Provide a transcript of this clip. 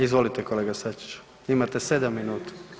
Izvolite kolega Sačić, imate 7 minuta.